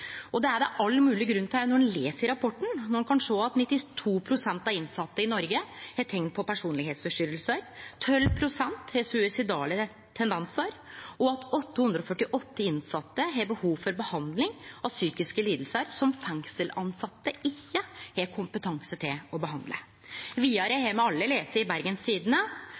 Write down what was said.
Det er det all mogleg grunn til å vere når ein les rapporten, når ein kan sjå at 92 pst. av dei innsette i Noreg har teikn på personlegdomsforstyrring, 12 pst. har suicidale tendensar og 848 innsette har behov for behandling for psykiske lidingar som fengselstilsette ikkje har kompetanse til å behandle. Vidare har me alle lese i